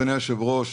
אדוני היושב-ראש,